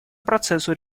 процессу